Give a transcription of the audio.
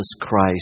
Christ